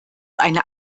eine